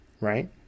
right